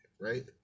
right